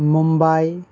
Mumbai